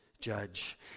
judge